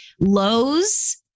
lows